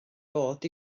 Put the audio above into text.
fod